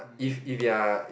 if if you're